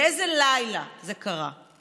באיזה לילה זה קרה?